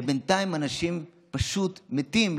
בינתיים אנשים פשוט מתים,